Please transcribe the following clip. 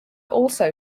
also